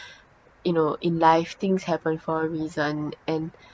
you know in life things happen for a reason and